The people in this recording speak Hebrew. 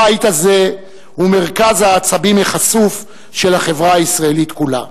הבית הזה הוא מרכז העצבים החשוף של החברה הישראלית כולה.